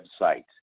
website